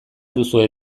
duzue